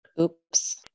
Oops